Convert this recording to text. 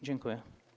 Dziękuję.